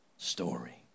story